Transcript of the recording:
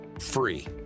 free